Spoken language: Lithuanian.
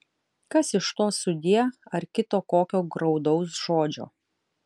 kas iš to sudie ar kito kokio graudaus žodžio